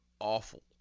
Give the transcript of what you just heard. awful